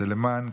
סלימאן,